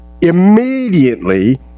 immediately